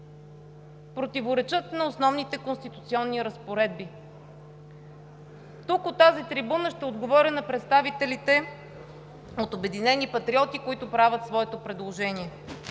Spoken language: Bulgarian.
противоречат на основните конституционни разпоредби. Тук, от тази трибуна, ще отговоря на представителите от „Обединени патриоти“, които правят своето предложение.